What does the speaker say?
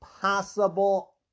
possible